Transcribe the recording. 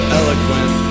eloquent